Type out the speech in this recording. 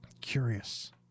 Curious